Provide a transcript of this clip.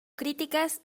críticas